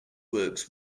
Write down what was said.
works